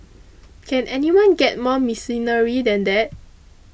can anyone get more mercenary than that